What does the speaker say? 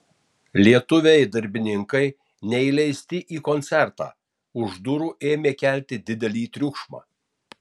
lietuviai darbininkai neįleisti į koncertą už durų ėmė kelti didelį triukšmą